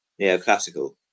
neoclassical